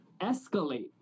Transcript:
escalate